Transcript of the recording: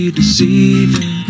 deceiving